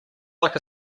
like